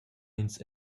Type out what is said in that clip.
ins